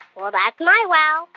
well, that's my wow